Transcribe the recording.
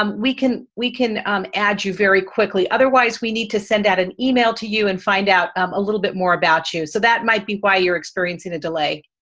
um we can we can add you very quickly, otherwise, we need to send out an email to you and find out a little bit more about you. so that might be why you're experiencing a delay.